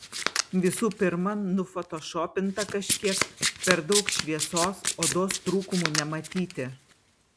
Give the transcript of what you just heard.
visų pirma nufotošopinta kažkiek per daug šviesos odos trūkumų nematyti